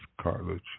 cartilage